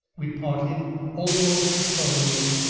we parted almost sullenly,